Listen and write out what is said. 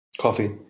Coffee